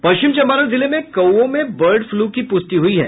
पश्चिम चंपारण जिले में कौओं में बर्ड फ्लू की पुष्टि हुई है